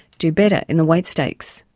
do better in the weight stakes.